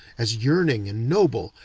as yearning and noble,